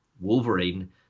Wolverine